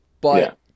But-